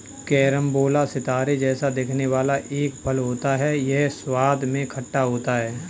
carambola सितारे जैसा दिखने वाला एक फल होता है यह स्वाद में खट्टा होता है